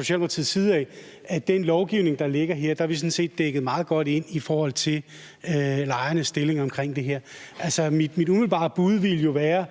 Socialdemokratiets side, at i forhold til den lovgivning, der ligger her, er vi sådan set dækket meget godt ind i forhold til lejernes stilling. Altså, mit umiddelbare bud ville jo være,